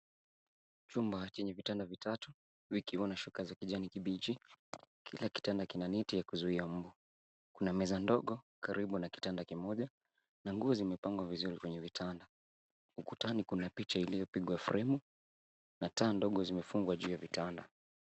Chumba chenye vitanda vitatu vikiwa na shuka za kijani kibichi. Kila kitanda kina net ya kuzuia mbu. Kuna meza ndogo karibu na kitanda kimoja na nguo zimepangwa vizuri kwenye vitanda. Ukutani kuna picha iliyopigwa fremu na taa ndogo zimefungwa juu ya vitanda.